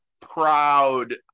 proud